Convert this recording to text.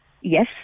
Yes